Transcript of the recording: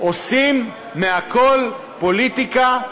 עושים מהכול פוליטיקה.